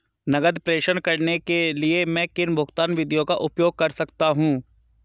नकद प्रेषण करने के लिए मैं किन भुगतान विधियों का उपयोग कर सकता हूँ?